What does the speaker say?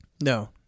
no